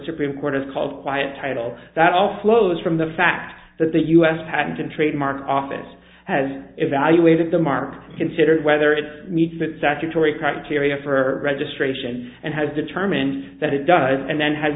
supreme court is called by a title that all flows from the fact that the u s patent and trademark office has evaluated the market considered whether it meets that statutory criteria for registration and has determined that it does and then has